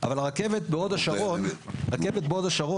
אבל הרכבת בהוד השרון הרכבת בהוד השרון